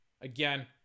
Again